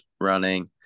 running